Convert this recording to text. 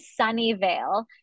Sunnyvale